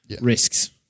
risks